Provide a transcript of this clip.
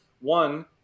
one